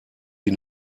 die